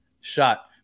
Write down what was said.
shot